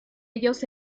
ellos